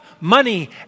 money